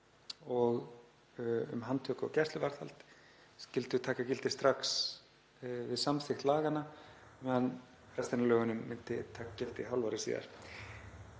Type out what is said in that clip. og um handtöku og gæsluvarðhald, skyldu taka gildi strax við samþykkt laganna á meðan restin af lögunum myndi taka gildi hálfu ári síðar.